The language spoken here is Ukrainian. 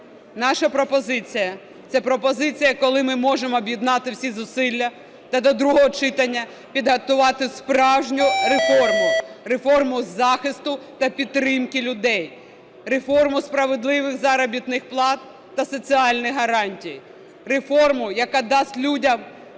Наша пропозиція – це пропозиція, коли ми можемо об'єднати всі зусилля та до другого читання підготувати справжню реформу. Реформу захисту та підтримки людей. Реформу справедливих заробітних плат та соціальних гарантій. Реформу, яка дасть людям